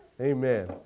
Amen